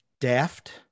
daft